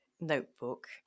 notebook